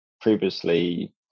previously